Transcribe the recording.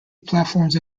platforms